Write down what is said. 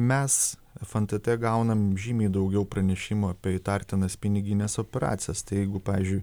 mes ef en t t gaunam žymiai daugiau pranešimų apie įtartinas pinigines operacijas tai jeigu pavyzdžiui